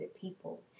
people